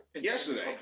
Yesterday